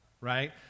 right